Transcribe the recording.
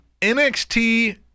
NXT